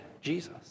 Jesus